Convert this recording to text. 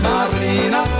Marina